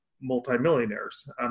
multimillionaires